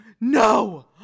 No